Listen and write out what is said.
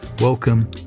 Welcome